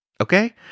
Okay